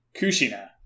Kushina